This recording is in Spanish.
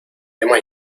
hemos